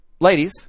ladies